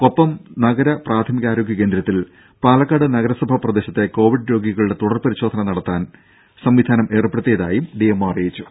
കൊപ്പം നഗര പ്രാഥമികാരോഗ്യ കേന്ദ്രത്തിൽ പാലക്കാട് നഗരസഭാ പ്രദേശത്തെ കോവിഡ് രോഗികളുടെ തുടർ പരിശോധന നടത്താൻ സംവിധാനം ഏർപ്പെടുത്തിയതായും ഡിഎംഒ അറിയിച്ചു